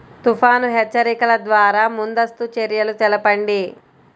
తుఫాను హెచ్చరికల ద్వార ముందస్తు చర్యలు తెలపండి?